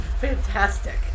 Fantastic